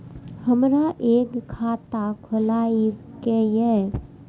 हमरा एक खाता खोलाबई के ये?